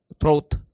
throat